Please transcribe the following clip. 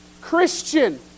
Christian